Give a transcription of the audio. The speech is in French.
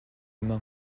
main